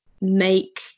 make